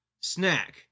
snack